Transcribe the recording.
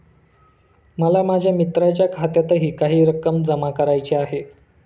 मला माझ्या मित्राच्या खात्यातही काही रक्कम जमा करायची आहे